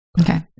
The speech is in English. Okay